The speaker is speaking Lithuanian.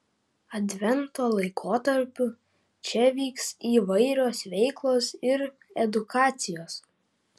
advento laikotarpiu čia vyks įvairios veiklos ir edukacijos